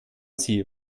sie